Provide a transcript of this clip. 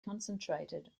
concentrated